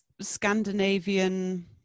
Scandinavian